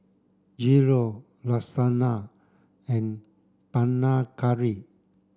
Gyro Lasagna and Panang Curry